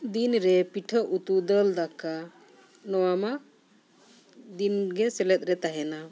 ᱫᱤᱱ ᱨᱮ ᱯᱤᱴᱷᱟᱹ ᱩᱛᱩ ᱫᱟᱹᱞ ᱫᱟᱠᱟ ᱱᱚᱣᱟ ᱢᱟ ᱫᱤᱱ ᱜᱮ ᱥᱮᱞᱮᱫ ᱨᱮ ᱛᱟᱦᱮᱱᱟ